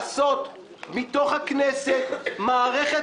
באף דמוקרטיה בעולם לא ניסו לעשות מתוך הכנסת מערכת